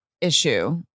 issue